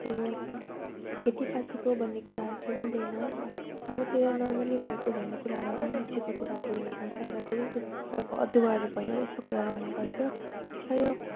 त्यो खेतीपातीको भन्ने कुराहरू चाहिँ हुँदैन हाम्रोतिर नर्मल्ली भएको भन्ने कुराहरू अलैँचीको कुराहरू हुनेगर्छ र त्यस्तो खालको तपाईँको अदुवाहरू भयो यस्तो कुराहरू हुने गर्छ र यो